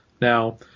Now